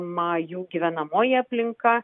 ma jų gyvenamoji aplinka